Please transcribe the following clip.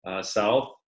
South